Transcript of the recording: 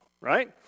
right